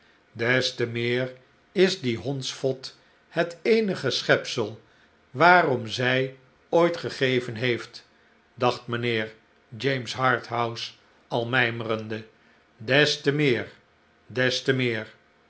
des te meer is die hondsvot het eenige schepsel waarom zij ooit gegeven heeft dacht mijnheer james harthouse al mijmerende deste meer des te meer